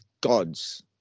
gods